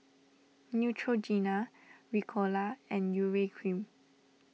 Neutrogena Ricola and Urea Cream